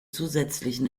zusätzlichen